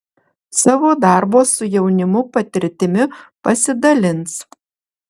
savo darbo su jaunimu patirtimi pasidalins